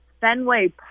Fenway